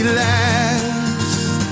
last